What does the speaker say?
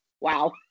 Wow